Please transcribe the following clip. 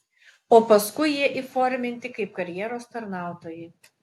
o paskui jie įforminti kaip karjeros tarnautojai